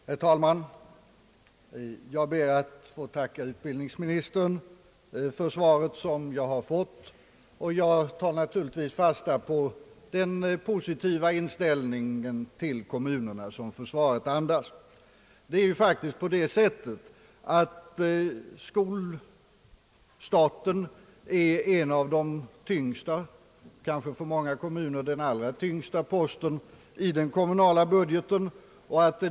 Herr talman! Jag ber att få tacka utbildningsministern för svaret som jag har fått. Jag tar naturligtvis fasta på den positiva inställning till kommunerna som detta svar andas. Skolstaten är ju faktiskt en av de tyngsta posterna — för många kommuner kanske den allra tyngsta posten — i den kommunala budgeten.